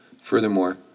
Furthermore